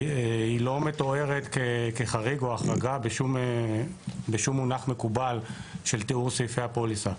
היא לא מתוארת כחריג או החרגה בשום מונח מקובל של תיאור סעיפי הפוליסה,